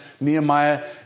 Nehemiah